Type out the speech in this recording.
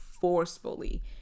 forcefully